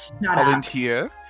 volunteer